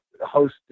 host